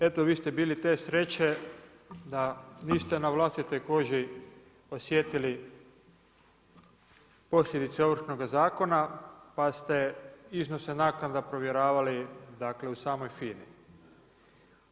Eto vi ste bili te sreće da niste na vlastitoj koži osjetili posljedice Ovršnoga zakona pa ste iznose naknada provjeravali, dakle u samoj FINA-i.